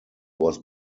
was